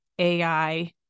AI